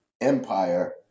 empire